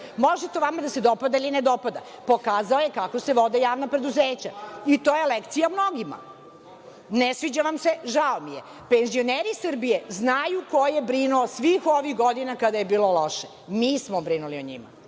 Može to vama da se dopada ili ne dopada. Pokazao je kako se vode javna preduzeća i to je lekcija mnogima. Ne sviđa vam se, žao mi je. Penzioneri Srbije znaju ko je brinuo svih ovih godina kada je bilo loše. Mi smo brinuli o njima.